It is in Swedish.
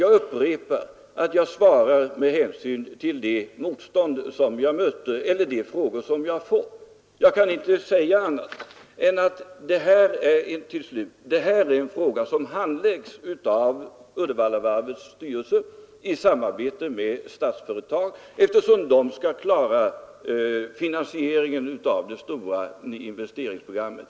Jag upprepar att jag svarar med hänsyn till det motstånd som jag möter eller de frågor jag får. Jag kan inte säga annat än att det här är en fråga som handläggs av Uddevallavarvets styrelse i samarbete med Statsföretag, eftersom de skall klara finansieringen av det stora investeringsprogrammet.